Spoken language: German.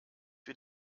wie